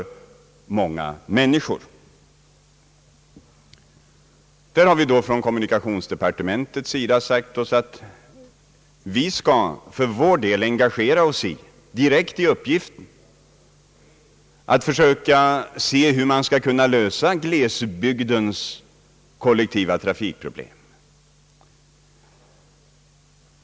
Där har vi i kommunikationsdepartementet sagt oss att vi för vår del skall engagera oss direkt i uppgiften att försöka se hur man skall kunna lösa glesbygdens kollektiva trafikproblem.